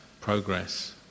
progress